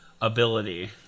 ability